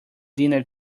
dinner